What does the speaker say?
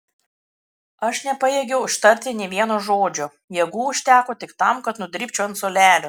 aš nepajėgiau ištarti nė vieno žodžio jėgų užteko tik tam kad nudribčiau ant suolelio